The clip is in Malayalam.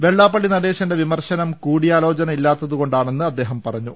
വെള്ളാപ്പള്ളി നടേശന്റെ വിമർശനം കൂടിയാലോചന ഇല്ലാത്തതു കൊണ്ടാണെന്ന് അദ്ദേഹം പറഞ്ഞു